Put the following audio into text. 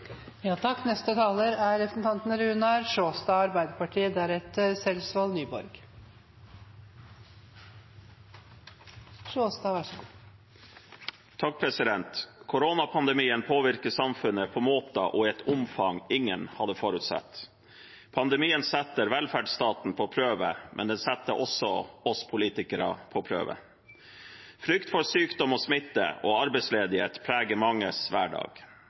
Koronapandemien påvirker samfunnet på måter og i et omfang ingen hadde forutsett. Pandemien setter velferdsstaten på prøve, men den setter også oss politikere på prøve. Frykt for sykdom, smitte og arbeidsledighet preger manges hverdag.